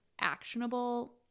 actionable